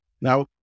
Now